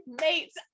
Mates